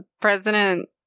President